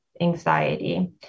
anxiety